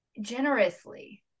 generously